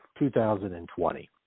2020